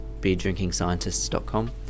beerdrinkingscientists.com